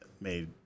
Made